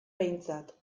behintzat